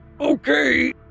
Okay